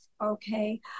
okay